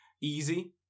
easy